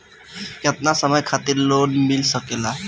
केतना समय खातिर लोन मिल सकेला?